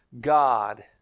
God